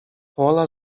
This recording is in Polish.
pola